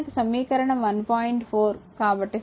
4 కాబట్టి సమీకరణం 1